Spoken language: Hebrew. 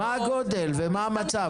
מה הגודל ומה המצב?